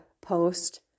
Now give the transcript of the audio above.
post